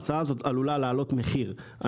ההצעה הזאת עלולה לעלות מחיר.